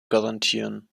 garantieren